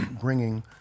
bringing